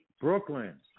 Brooklyn